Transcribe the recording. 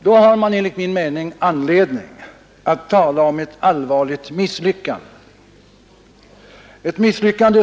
Då har man enligt min mening anledning att tala om ett allvarligt misslyckande.